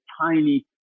tiny